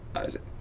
isaac,